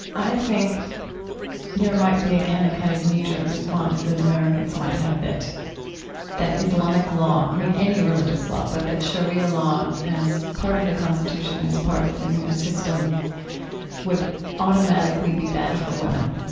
i think there might be, again, a kind of knee-jerk response that americans might have that that islamic law, i mean, any religious law, but that sharia law as part of the constitution, as part of the new system would automatically be bad for women.